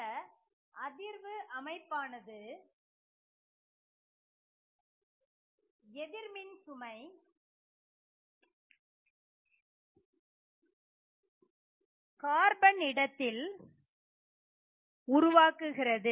இந்த அதிர்வு அமைப்பானது எதிர்மின் சுமை கார்பன் இடத்தில் உருவாக்குகிறது